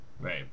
Right